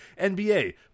NBA